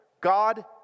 God